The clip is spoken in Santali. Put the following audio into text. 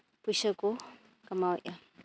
ᱯᱚᱭᱥᱟᱹ ᱠᱚ ᱠᱟᱢᱟᱣᱮᱜᱼᱟ